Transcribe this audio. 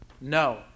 No